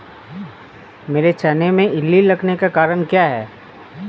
मेरे चने में इल्ली लगने का कारण क्या है?